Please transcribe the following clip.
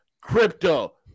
crypto